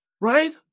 right